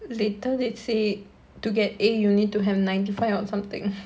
later they say to get A you need to have ninety five or something